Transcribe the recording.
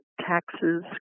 taxes